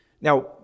Now